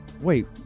Wait